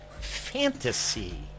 Fantasy